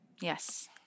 yes